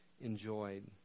enjoyed